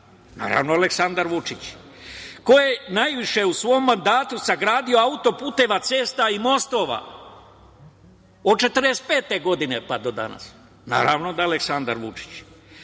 Naravno Aleksandar Vučić. Ko je najviše u svom mandatu sagradio autoputeva, cesta i mostova od 1945. godine pa do danas? Naravno da je Aleksandar Vučić. Ko